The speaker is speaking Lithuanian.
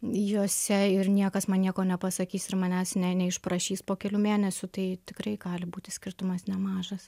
juose ir niekas man nieko nepasakys ir manęs neišprašys po kelių mėnesių tai tikrai gali būti skirtumas nemažas